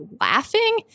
laughing